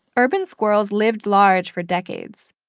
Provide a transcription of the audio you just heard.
urban squirrels lived large for decades,